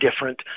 different